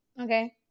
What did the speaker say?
Okay